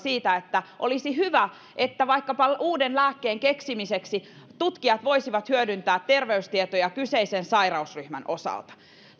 välillä että olisi hyvä että vaikkapa uuden lääkkeen keksimiseksi tutkijat voisivat hyödyntää terveystietoja kyseisen sairausryhmän osalta